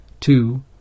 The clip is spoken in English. two